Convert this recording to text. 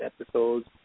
episodes